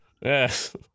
Yes